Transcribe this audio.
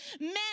Men